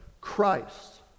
Christ